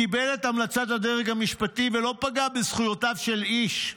קיבל את המלצת הדרג המשפטי ולא פגע בזכויותיו של איש.